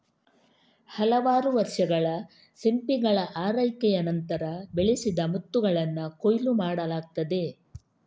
ಹಲವಾರು ವರ್ಷಗಳ ಸಿಂಪಿಗಳ ಆರೈಕೆಯ ನಂತರ, ಬೆಳೆಸಿದ ಮುತ್ತುಗಳನ್ನ ಕೊಯ್ಲು ಮಾಡಲಾಗ್ತದೆ